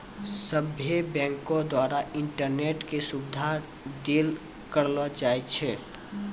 सभ्भे बैंको द्वारा इंटरनेट के सुविधा देल करलो जाय छै